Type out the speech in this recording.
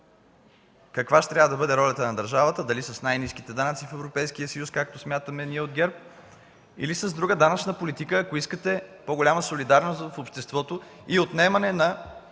каква ще трябва да бъде ролята на държавата, дали с най-ниските данъци в Европейския съюз, както смятаме ние от ГЕРБ, или с друга данъчна политика, ако искате по-голяма солидарност в обществото и отнемане на